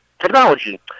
technology